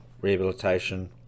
rehabilitation